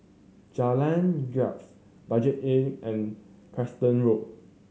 Jalan Gapis Budget Inn and Preston Road